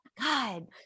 God